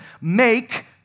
make